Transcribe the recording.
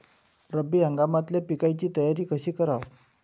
रब्बी हंगामातल्या पिकाइची तयारी कशी कराव?